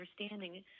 understanding